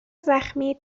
زخمی